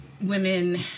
women